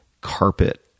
carpet